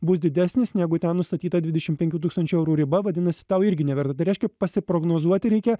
bus didesnis negu ten nustatyta dvidešim penkių tūkstančių eurų riba vadinas tau irgi neverta tai reiškia pasiprognozuoti reikia